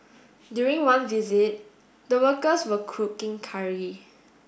during one visit the workers were cooking curry